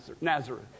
Nazareth